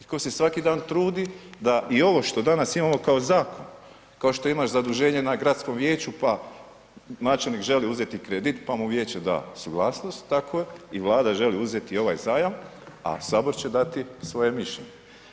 Tko se svaki dan trudi da i ovo što danas imamo kao zakon, kao što imaš zaduženje na gradskom vijeću pa načelnik želi uzeti kredit, pa mu vijeće da suglasnost, tako i Vlada želi uzeti ovaj zajam, a sabor će dati svoje mišljenje.